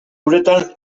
uretan